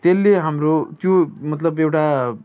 त्यसले हाम्रो त्यो मतलब एउटा